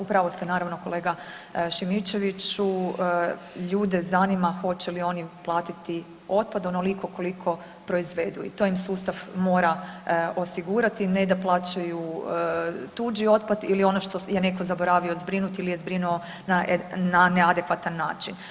U pravu ste naravno, kolega Šimičeviću, ljude zanima hoće li oni platiti otpad onoliko koliko proizvedu i to im sustav mora osigurati, ne da plaćaju tuđi otpad ili ono što je netko zaboravio zbrinuti ili je zbrinuo na neadekvatan način.